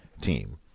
team